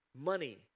Money